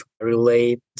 relate